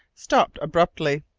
stopped abruptly,